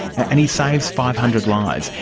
and he saves five hundred lives.